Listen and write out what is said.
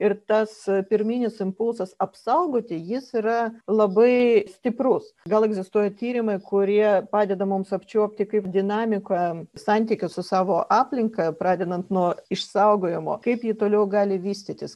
ir tas pirminis impulsas apsaugoti jis yra labai stiprus gal egzistuoja tyrimai kurie padeda mums apčiuopti kaip dinamika santykius su savo aplinka pradedant nuo išsaugojimo kaip ji toliau gali vystytis